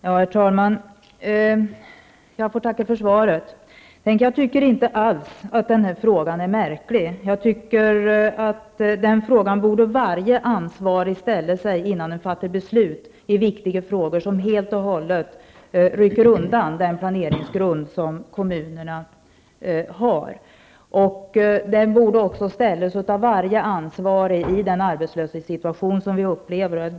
Fru talman! Jag får tacka för svaret. Jag tycker inte alls att den här frågan är märklig, utan det är en fråga som varje ansvarig borde ställa sig innan det fattas viktiga beslut som helt och hållet rycker undan den planeringsgrund som kommunerna har. Frågan borde ställas också av varje ansvarig i den arbetslöshetssituation som råder.